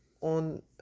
on